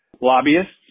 lobbyists